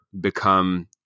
become